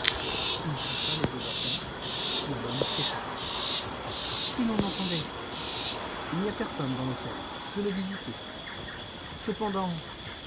il poussa les deux battants yvonne s'effara si l'on entendait il n'y a personne dans l'hôtel je l'ai visité cependant